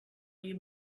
you